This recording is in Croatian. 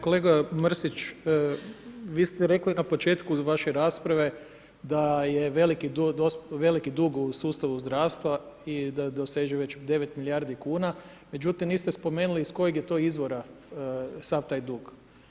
Kolega Mrsić, vi ste rekli na početku vaše rasprave da je veliki dug u sustavu zdravstva i da doseže već 9 milijardi kuna, no međutim niste spomenuli iz kojeg je to izvora sav taj dug.